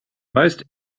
most